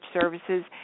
services